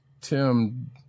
Tim